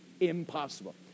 impossible